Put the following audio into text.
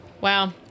Wow